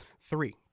three